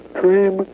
dream